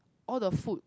all the food